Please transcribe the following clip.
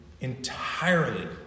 entirely